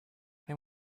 they